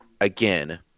again